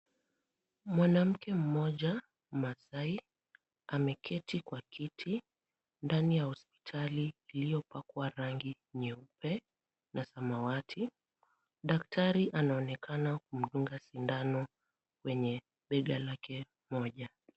Mwanamke mmoja maasai, ameketi kwa kiti ndani ya hospitali iliyopakwa rangi nyeupe na samawati, daktari anaonekana kumdunga sindano kwenye bega lake moja.